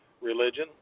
religion